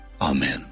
Amen